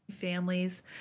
families